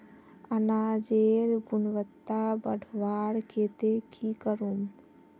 अनाजेर गुणवत्ता बढ़वार केते की करूम?